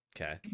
okay